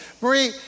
Marie